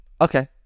Okay